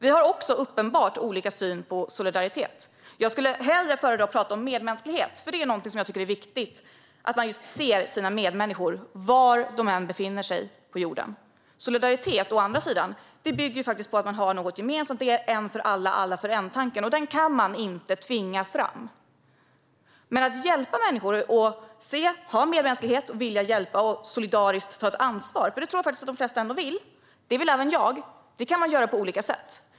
Vi har också uppenbart olika syn på solidaritet. Jag skulle föredra att tala om medmänsklighet, för det är något jag tycker är viktigt: att man ser sina medmänniskor, var på jorden de än befinner sig. Solidaritet, å andra sidan, bygger på att man har något gemensamt; det är tanken om en för alla och alla för en. Den kan man inte tvinga fram. Men att ha medmänsklighet, hjälpa människor och solidariskt ta ett ansvar - för det tror jag faktiskt att de flesta ändå vill, även jag - kan gå till på olika sätt.